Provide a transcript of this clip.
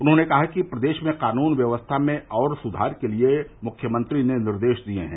उन्होंने कहा कि प्रदेश में कानून व्यवस्था में और सुधार के लिये मुख्यमंत्री ने निर्देश दिये हैं